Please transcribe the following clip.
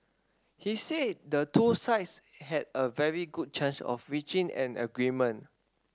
he said the two sides had a very good chance of reaching an agreement